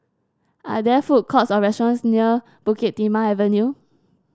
are there food courts or restaurants near Bukit Timah Avenue